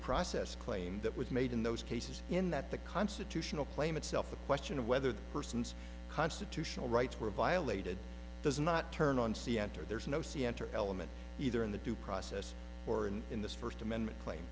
process claim that was made in those cases in that the constitutional claim itself the question of whether the person's constitutional rights were violated does not turn on c n n or there's no see enter element either in the due process or in in the first amendment cla